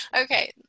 Okay